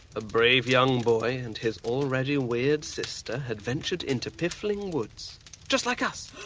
a brave young boy and his already weird sister had ventured into piffling woods just like us!